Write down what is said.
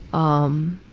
um,